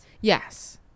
yes